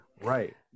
Right